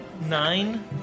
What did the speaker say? Nine